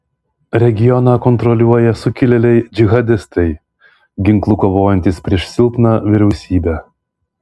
regioną kontroliuoja sukilėliai džihadistai ginklu kovojantys prieš silpną vyriausybę